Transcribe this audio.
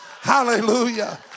Hallelujah